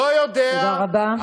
לא יודע, תודה רבה.